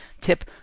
tip